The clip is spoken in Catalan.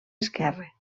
esquerre